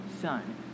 Son